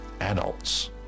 adults